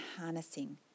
harnessing